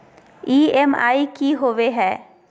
EMI की होवे है?